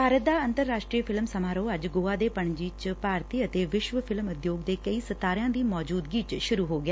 ਭਾਰਤ ਦਾ ਅੰਤਰਰਾਸ਼ਟਰੀ ਫਿਲਮ ਸਮਾਰੋਹ ਅੱਜ ਗੋਆ ਦੇ ਪਣਜੀ ਚ ਭਾਰਤੀ ਅਤੇ ਵਿਸ਼ਵ ਫਿਲਮ ਉਦਯੋਗ ਦੇ ਕਈ ਸਿਤਾਰਿਆਂ ਦੀ ਮੌਜੁਦਗੀ ਚ ਸ਼ੁਰੁ ਹੋ ਗਿਆ